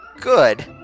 good